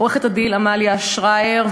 עורכת-הדין עמליה שרייר,